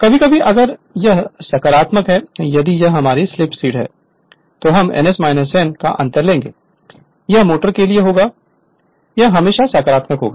कभी कभी अगर यह संख्यात्मक है यदि यह हमारी स्लीप स्पीड है तो हम ns n का अंतर लेंगे यह मोटर के लिए होगा यह हमेशा सकारात्मक होगा